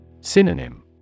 Synonym